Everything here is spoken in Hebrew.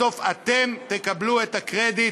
בסוף אתם תקבלו את הקרדיט,